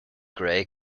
gray